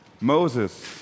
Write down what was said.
Moses